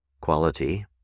quality